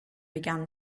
began